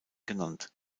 genannt